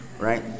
right